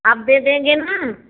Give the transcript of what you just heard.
आप दे देंगे ना